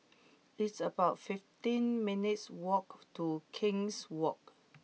it's about fifteen minutes' walk to King's Walk